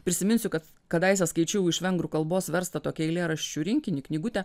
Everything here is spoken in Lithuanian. prisiminsiu kad kadaise skaičiau iš vengrų kalbos verstą tokį eilėraščių rinkinį knygutę